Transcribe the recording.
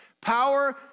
Power